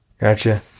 Gotcha